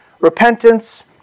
repentance